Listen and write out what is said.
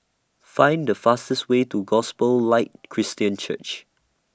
Find The fastest Way to Gospel Light Christian Church